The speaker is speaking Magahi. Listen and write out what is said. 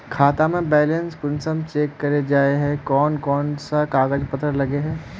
खाता में बैलेंस कुंसम चेक करे जाय है कोन कोन सा कागज पत्र लगे है?